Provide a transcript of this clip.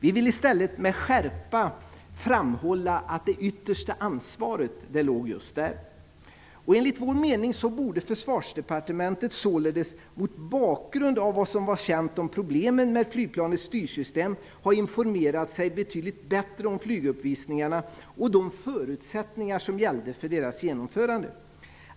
Vi vill i stället med skärpa framhålla att det yttersta ansvaret låg just där. Enligt vår mening borde Försvarsdepartementet, mot bakgrund av vad som var känt om problemen med flygplanets styrsystem, således ha informerat sig betydligt bättre om flyguppvisningarna och de förutsättningar som gällde för deras genomförande.